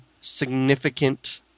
significant